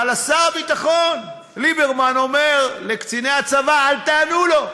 אבל שר הביטחון ליברמן אומר לקציני הצבא: אל תענו לו.